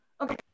okay